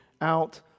out